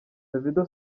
davido